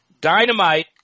Dynamite